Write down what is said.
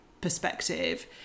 perspective